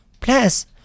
Plus